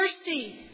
thirsty